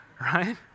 right